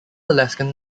alaskan